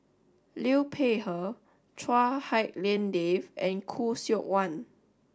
Liu Peihe Chua Hak Lien Dave and Khoo Seok Wan